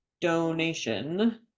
donation